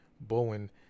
Bowen